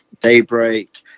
daybreak